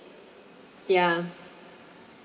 ya